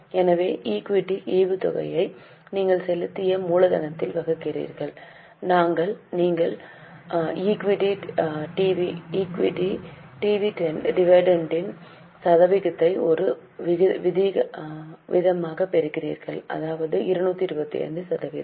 எனவே ஈக்விட்டி ஈவுத்தொகையை நீங்கள் செலுத்திய மூலதனத்தால் வகுக்கிறீர்கள் நீங்கள் ஈக்விட்டி டிவிடெண்டின் சதவீதத்தை ஒரு வீதமாகப் பெறுவீர்கள் அதாவது 225 சதவீதம்